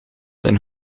een